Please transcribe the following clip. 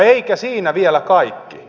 eikä siinä vielä kaikki